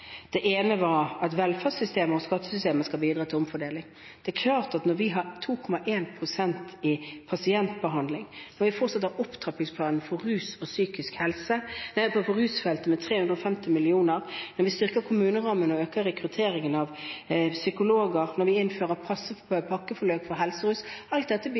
Det ene var at velferdssystemet og skattesystemet skal bidra til omfordeling. Det er klart at når vi har en økning på 2,1 pst. i all pasientbehandling, når vi fortsetter opptrappingsplanen for rusfeltet med 350 mill. kr, når vi styrker kommunerammen og øker rekrutteringen av psykologer, og når vi innfører pakkeforløp for psykisk helse og rus, bidrar alt